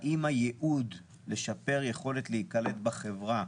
האם הייעוד לשפר יכולת להיקלט בחברה